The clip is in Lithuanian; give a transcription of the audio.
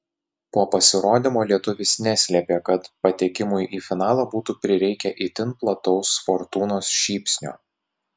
po pasirodymo lietuvis neslėpė kad patekimui į finalą būtų prireikę itin plataus fortūnos šypsnio